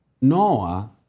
Noah